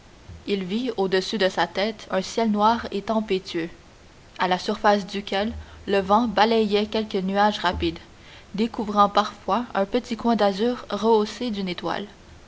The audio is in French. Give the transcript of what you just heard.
il vit au-dessus de sa tête un ciel noir et tempétueux à la surface duquel le vent balayait quelques nuages rapides découvrant parfois un petit coin d'azur rehaussé d'une étoile